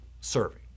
serving